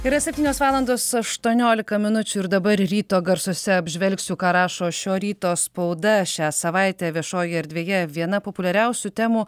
yra septynios valandos aštuoniolika minučių ir dabar ryto garsuose apžvelgsiu ką rašo šio ryto spauda šią savaitę viešojoje erdvėje viena populiariausių temų